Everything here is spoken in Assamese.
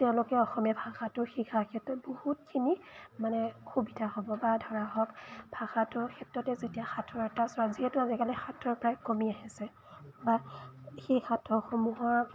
তেওঁলোকেও অসমীয়া ভাষাটো শিকাৰ ক্ষেত্ৰত বহুতখিনি মানে সুবিধা হ'ব বা ধৰা হওক ভাষাটোৰ ক্ষেত্ৰতে যেতিয়া সাঁথৰ এটা চোৱা যিহেতু আজিকালি সাঁথৰ প্ৰায় কমি আহিছে বা সেই সাঁথৰসমূহৰ